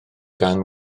gan